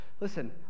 Listen